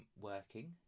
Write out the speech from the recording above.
working